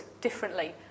differently